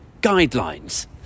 guidelines